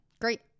great